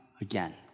again